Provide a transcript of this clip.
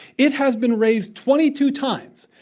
it has been raised twenty two times.